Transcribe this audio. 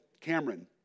Cameron